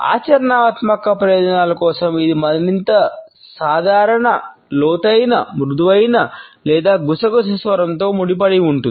ఆచరణాత్మక ప్రయోజనాల కోసం ఇది మరింత సాధారణ లోతైన మృదువైన లేదా గుసగుస స్వరంతో ముడిపడి ఉంటుంది